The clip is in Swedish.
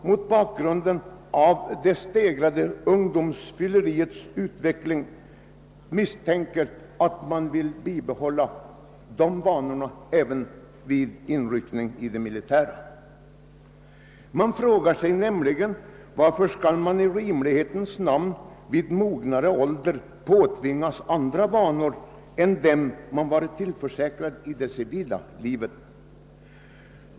Mot bakgrunden av det stegrade ungdomsfylleriet kan en del värnpliktiga misstänkas vilja bibehålla sina alkoholvanor även vid inryckningen i det militära. De frågar sig varför de i rimlighetens namn vid mogen ålder skall påtvingas andra vanor än dem som de varit tillförsäkrade i det civila livet.